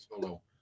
solo